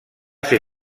ser